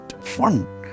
fun